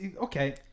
okay